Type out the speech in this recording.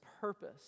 purpose